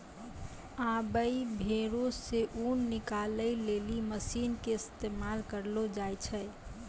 आबै भेड़ो से ऊन निकालै लेली मशीन के इस्तेमाल करलो जाय छै